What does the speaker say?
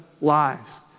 lives